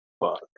fuck